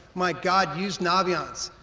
my god use naviance.